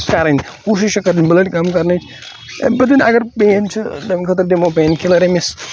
کوٗشِش چھِ کَرٕنۍ بٕلَڈ کَم کَرنٕچ تمہِ پَتَن اَگَر پین چھِ تمہِ خٲطرٕ دِمو پین کِلَر أمِس